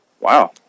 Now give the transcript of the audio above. wow